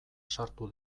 sartu